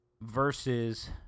versus